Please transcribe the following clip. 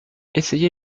essayé